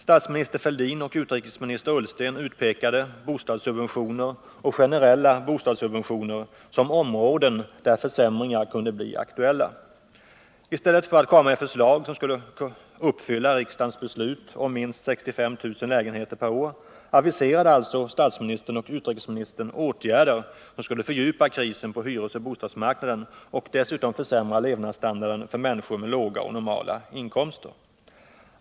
Statsminister Fälldin och utrikesminister Ullsten utpekade ”bostadssubventioner” och ”generella bostadssubventioner” som områden där försämringar kunde bli aktuella. I stället för att komma med förslag som skulle uppfylla riksdagens beslut om minst 65 000 lägenheter per år, aviserade alltså statsministern och utrikesministern åtgärder som skulle fördjupa krisen på hyresoch bostadsmarknaden och dessutom försämra levnadsstandarden för människor med låga och normala inkomster.